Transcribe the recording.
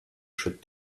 should